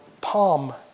Palm